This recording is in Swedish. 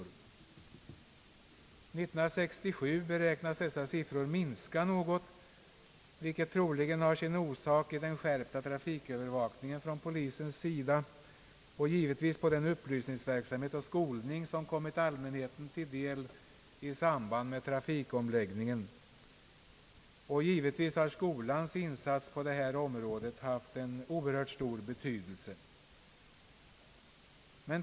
År 1967 beräknas dessa siffror minska något, vilket troligen har sin orsak i den skärpta trafikövervakningen från polisens sida och givetvis i den upplysningsverksamhet och skolning, som kommit allmänheten till del i samband med trafikomläggningen. Självfallet har skolans insats på detta område haft en mycket stor betydelse.